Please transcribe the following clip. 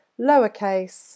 lowercase